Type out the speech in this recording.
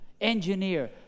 engineer